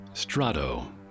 Strato